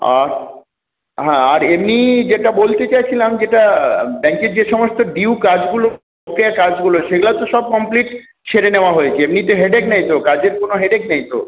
আর হ্যাঁ আর এমনি যেটা বলতে চাইছিলাম যেটা ব্যাঙ্কের যে সমস্ত ডিউ কাজগুলো কাজগুলো সেগুলো সব কমপ্লিট সেরে নেওয়া হয়েছে এমনিতে হেডেক নেই তো কাজের কোনো হেডেক নেই তো